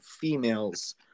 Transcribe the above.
females